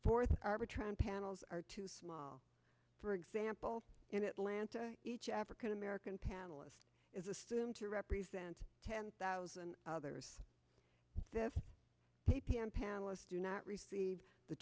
forth arbitron panels are too small for example in atlanta each african american panelist is assumed to represent ten thousand others this p p m panelists do not receive the